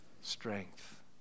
strength